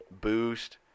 boost